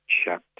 shut